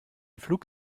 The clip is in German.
flug